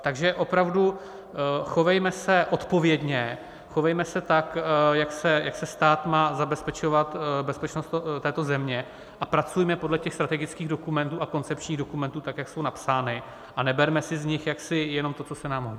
Takže opravdu, chovejme se odpovědně, chovejme se tak, jak stát má zabezpečovat bezpečnost této země, a pracujme podle těch strategických dokumentů a koncepčních dokumentů tak, jak jsou napsány, a neberme si z nich jaksi jenom to, co se nám hodí.